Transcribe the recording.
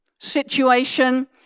situation